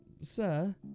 sir